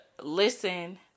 listen